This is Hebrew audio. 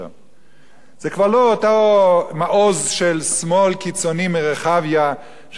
זה כבר לא אותו מעוז של שמאל קיצוני מרחביה ששולט בכולו,